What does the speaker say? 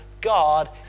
God